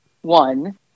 One